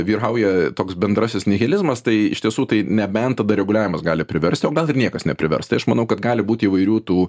vyrauja toks bendrasis nihilizmas tai iš tiesų tai nebent tada reguliavimas gali priverst o gal ir niekas neprivers tai aš manau kad gali būti įvairių tų